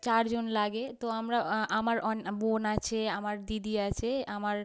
চার জন লাগে তো আমরা আমার অন বোন আছে আমার দিদি আছে আমার